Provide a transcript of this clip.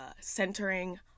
centering